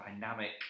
dynamic